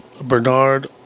Bernard